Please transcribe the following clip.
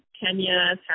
Kenya